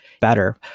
better